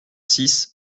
six